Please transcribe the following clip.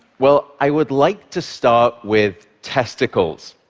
well, i would like to start with testicles.